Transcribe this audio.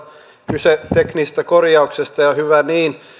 kyse teknisestä korjauksesta ja hyvä niin